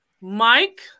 Mike